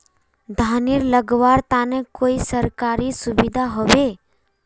धानेर लगवार तने कोई सरकारी सुविधा होबे?